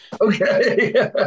Okay